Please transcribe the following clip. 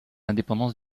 indépendance